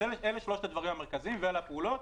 אלו שלושת הדברים המרכזיים ואלו הפעולות,